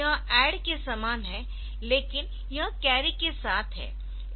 यह ADD के समान है लेकिन यह कैरी के साथ है